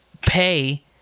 pay